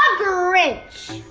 grinch?